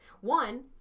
One